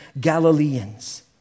Galileans